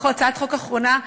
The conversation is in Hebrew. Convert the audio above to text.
הצעת החוק האחרונה,